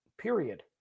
period